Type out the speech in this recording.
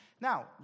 Now